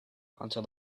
until